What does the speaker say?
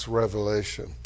revelation